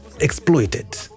exploited